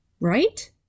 right